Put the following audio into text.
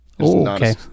Okay